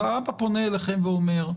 והאבא פונה אליכם ואומר: